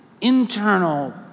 internal